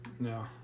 No